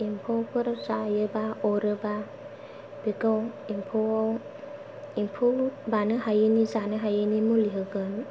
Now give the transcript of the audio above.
एम्फौफोर जागोबा अरोबा बेखौ एम्फौवाव एम्फौ बानि हायैनि जानो हायैनि मुलि होगोन